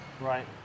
Right